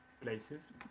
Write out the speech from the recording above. places